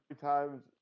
times